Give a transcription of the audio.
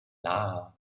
laughed